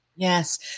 Yes